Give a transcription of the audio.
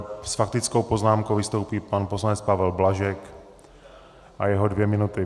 S faktickou poznámkou vystoupí pan poslanec Pavel Blažek a jeho dvě minuty.